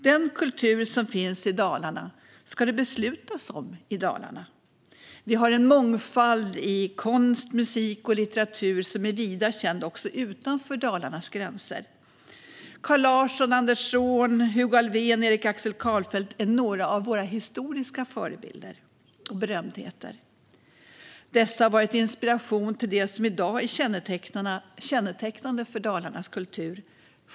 Den kultur som finns i Dalarna ska det beslutas om i Dalarna. Vi har en mångfald i konst, musik och litteratur som är vida känd också utanför Dalarnas gränser. Carl Larsson, Anders Zorn, Hugo Alfvén och Erik Axel Karlfeldt är några av våra historiska förebilder och berömdheter. Dessa har varit inspiration till det som i dag är kännetecknande för Dalarnas kultur.